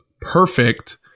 perfect